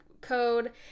code